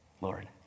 Lord